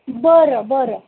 बरं बरं